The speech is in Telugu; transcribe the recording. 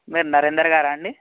మీరు నరేందర్ గారా అండి